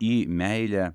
į meilę